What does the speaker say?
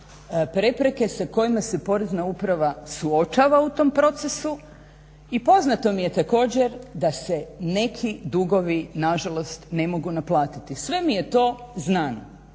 prepreke sa kojima se Porezna uprava suočava u tom procesu i poznato mi je također da se neki dugovi na žalost ne mogu naplatiti. Sve mi je to znamo.